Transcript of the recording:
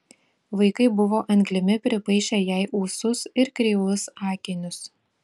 vaikai buvo anglimi pripaišę jai ūsus ir kreivus akinius